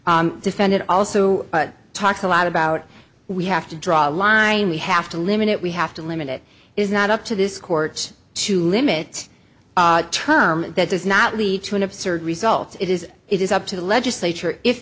defended also but talk a lot about we have to draw a line we have to limit it we have to limit it is not up to this court to limit the term that does not lead to an absurd result it is it is up to the legislature if